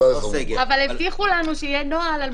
הבטיחו לנו שיהיה נוהל.